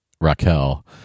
Raquel